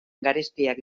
garestiak